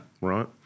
right